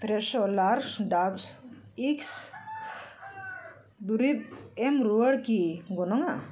ᱯᱷᱨᱮᱥᱳ ᱞᱟᱨᱥ ᱰᱟᱨᱥ ᱤᱠᱥ ᱫᱩᱨᱤᱵ ᱮᱢ ᱨᱩᱣᱟᱹᱲ ᱠᱤ ᱜᱟᱱᱚᱜᱼᱟ